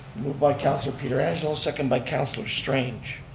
moved by councilor pietrangelo, second by councilor strange.